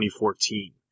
2014